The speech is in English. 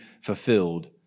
fulfilled